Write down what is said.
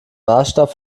maßstab